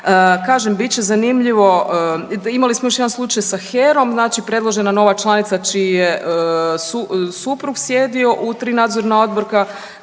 Kažem bit će zanimljivo, imali smo još jedan slučaj sa HEROM znači predložena nova članica čiji je suprug sjedio u 3 nadzorna odbora